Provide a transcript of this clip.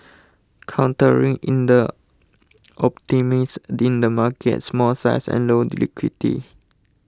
countering in the optimism in the market's small size and low liquidity